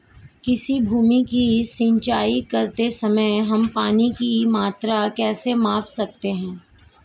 किसी भूमि की सिंचाई करते समय हम पानी की मात्रा कैसे माप सकते हैं?